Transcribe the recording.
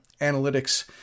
analytics